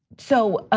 so